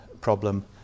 problem